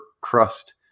crust